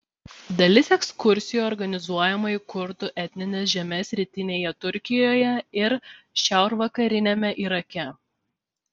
dalis ekskursijų organizuojama į kurdų etnines žemes rytinėje turkijoje ir šiaurvakariniame irake